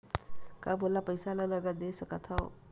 का मोला पईसा ला नगद दे सकत हव?